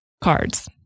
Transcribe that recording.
cards